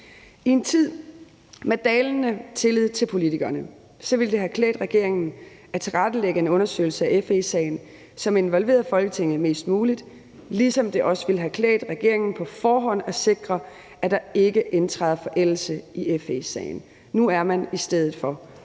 I en tid med dalende tillid til politikerne ville det have klædt regeringen at tilrettelægge en undersøgelse af FE-sagen, som involverede Folketinget mest muligt, ligesom det også ville have klædt regeringen på forhånd at sikre, at der ikke indtræder forældelse i FE-sagen. Nu er man i stedet for